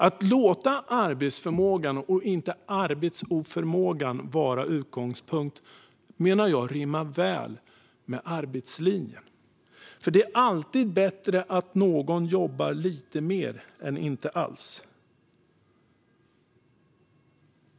Att låta arbetsförmågan, inte arbetsoförmågan, vara utgångspunkt rimmar väl med arbetslinjen. Det är alltid bättre att någon kan jobba lite mer än inte alls.